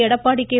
Edappadi K